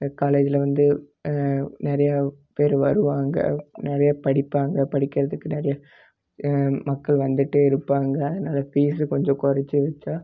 காலேஜில் வந்து நிறையா பேர் வருவாங்க நிறைய படிப்பாங்க படிக்கிறதுக்கு நிறையா மக்கள் வந்துகிட்டே இருப்பாங்க அதனால் ஃபீஸு கொஞ்சம் குறைச்சி வைச்சா